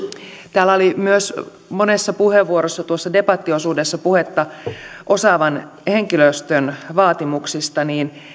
täällä oli myös monessa puheenvuorossa tuossa debattiosuudessa puhetta osaavan henkilöstön vaatimuksista